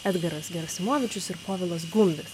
edgaras gerasimovičius ir povilas gumbis